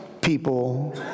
people